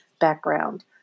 background